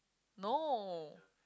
no